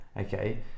Okay